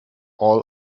all